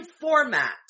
format